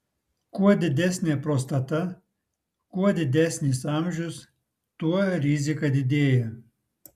kuo didesnė prostata kuo didesnis amžius tuo rizika didėja